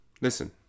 Listen